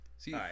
See